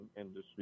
industry